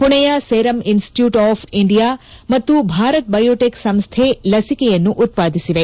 ಪುಣೆಯ serum institute of India ಮತ್ತು Bharat biotech ಸಂಸ್ಣೆ ಲಸಿಕೆಯನ್ನು ಉತ್ಪಾದಿಸಿದೆ